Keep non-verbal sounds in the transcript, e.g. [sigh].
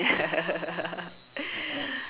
[laughs]